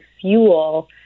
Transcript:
fuel